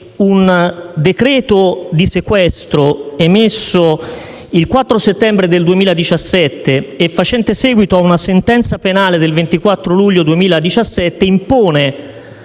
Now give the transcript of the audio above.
un decreto di sequestro, emesso il 4 settembre 2017, e facente seguito a una sentenza penale del 24 luglio 2017 impone